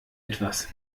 etwas